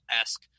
esque